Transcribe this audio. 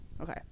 Okay